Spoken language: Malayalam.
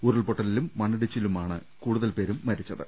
ഉരുൾപൊട്ടലിലും മണ്ണിടിച്ചിലിലുമാണ് കൂടുതൽ പേരും മരിച്ചത്